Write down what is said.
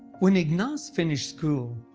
when ignaz finished school,